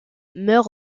meurt